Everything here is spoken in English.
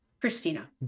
Christina